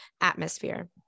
atmosphere